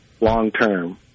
long-term